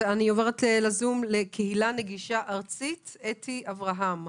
אני עוברת לזום, לקהילה נגישה ארצית, אתי אברהם.